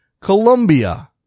Colombia